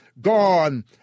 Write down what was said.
gone